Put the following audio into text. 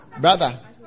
Brother